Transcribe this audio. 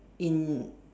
in